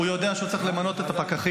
הוא יודע שהוא צריך למנות את הפקחים,